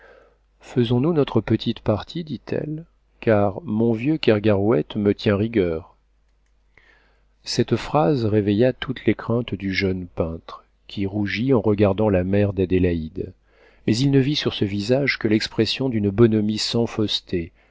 faisons-nous notre petite partie dit-elle car mon vieux kergarouët me tient rigueur cette phrase réveilla toutes les craintes du jeune peintre qui rougit en regardant la mère d'adélaïde mais il ne vit sur ce visage que l'expression d'une bonhomie sans fausseté